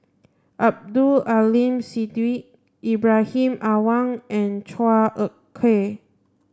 Abdul Aleem Siddique Ibrahim Awang and Chua Ek Kay